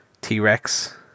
T-Rex